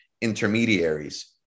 intermediaries